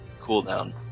Cooldown